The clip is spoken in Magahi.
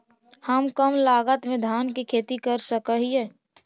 हम कम लागत में धान के खेती कर सकहिय?